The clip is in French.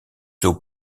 zoo